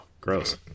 gross